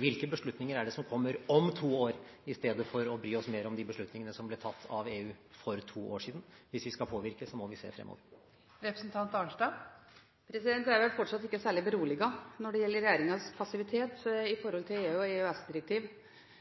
hvilke beslutninger det er som kommer om to år, i stedet for å bry oss mer om de beslutningene som ble tatt av EU for to år siden. Hvis vi skal påvirke, må vi se fremover. Jeg er vel fortsatt ikke særlig beroliget når det gjelder regjeringens passivitet til EU- og EØS-direktiv.